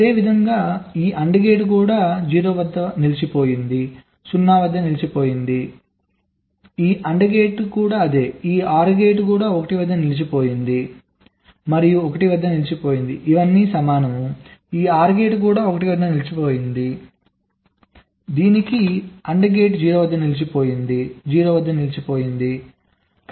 అదేవిధంగా ఈ AND gate కూడా 0 వద్ద నిలిచిపోయింది 0 వద్ద నిలిచిపోయింది 0 వద్ద నిలిచిపోయింది ఈ AND గేట్ కూడా అదే ఈ OR గేట్ 1 వద్ద నిలిచిపోయింది 1 వద్ద నిలిచిపోయింది మరియు 1 వద్ద నిలిచిపోయింది ఇవన్నీ సమానం ఈ OR గేట్ కూడా 1 వద్ద నిలిచిపోయింది 1 వద్ద నిలిచిపోయింది మరియు 1 వద్ద నిలిచిపోయింది దీనికి AND గేట్ 0 వద్ద నిలిచిపోయింది 0 వద్ద నిలిచిపోయింది 0 వద్ద నిలిచిపోయింది